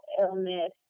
illness